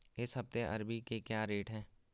इस हफ्ते अरबी के क्या रेट हैं?